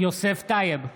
יוסף טייב,